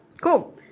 Cool